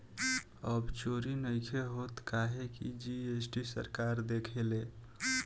अब चोरी नइखे होत काहे की जी.एस.टी सरकार देखेले